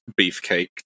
beefcake